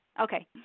Okay